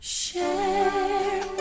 Share